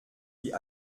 die